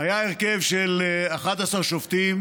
היה הרכב של 11 שופטים